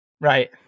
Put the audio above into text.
Right